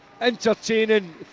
entertaining